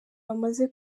bamaze